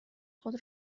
خود